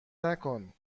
نکن